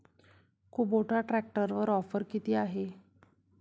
Kubota ट्रॅक्टरवर offer किती आहे?